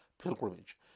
pilgrimage